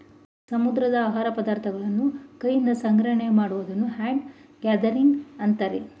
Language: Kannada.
ಸಮುದ್ರದ ಆಹಾರ ಪದಾರ್ಥಗಳನ್ನು ಕೈಯಿಂದ ಸಂಗ್ರಹಣೆ ಮಾಡುವುದನ್ನು ಹ್ಯಾಂಡ್ ಗ್ಯಾದರಿಂಗ್ ಅಂತರೆ